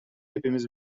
hepimiz